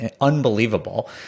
unbelievable